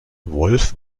wolf